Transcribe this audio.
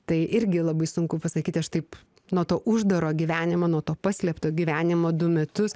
tai irgi labai sunku pasakyti aš taip nuo to uždaro gyvenimo nuo to paslėpto gyvenimo du metus